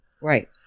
Right